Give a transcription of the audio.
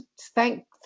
thank